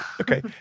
okay